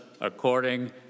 according